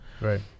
Right